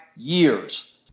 years